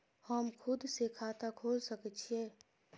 हम खुद से खाता खोल सके छीयै?